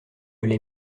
les